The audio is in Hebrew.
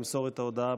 ימסור את ההודעה.